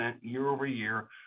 year-over-year